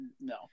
no